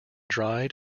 dried